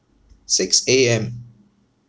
six A_M